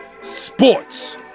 sports